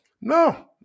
No